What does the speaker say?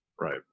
Right